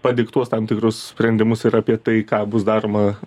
padiktuos tam tikrus sprendimus ir apie tai ką bus daroma